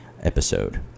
episode